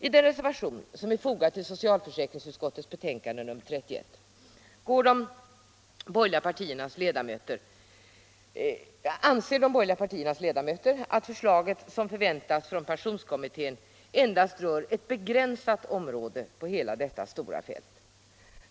I den reservation som är fogad till socialförsäkringsutskottets betänkande nr 31 anser de borgerliga partiernas ledamöter att det förslag som förväntas från pensionskommittén endast rör ett begränsat avsnitt av hela detta stora fält.